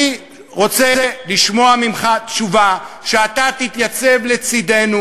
אני רוצה לשמוע ממך תשובה שאתה תתייצב לצדנו